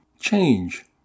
change